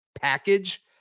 package